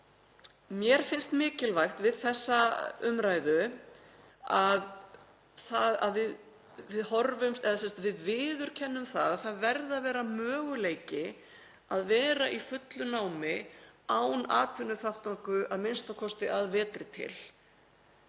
Mér finnst mikilvægt við þessa umræðu að við viðurkennum að það verði að vera möguleiki að vera í fullu námi án atvinnuþátttöku, a.m.k. að vetri til,